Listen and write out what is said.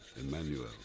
Emmanuel